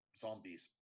zombies